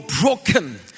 broken